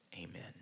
Amen